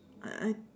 I I